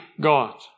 God